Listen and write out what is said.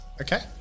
Okay